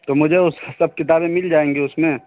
تو مجھے اس سب کتابیں مل جائیں گی اس میں